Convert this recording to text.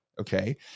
Okay